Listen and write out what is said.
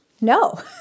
no